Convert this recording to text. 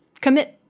commit